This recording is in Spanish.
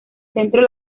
centro